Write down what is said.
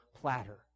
platter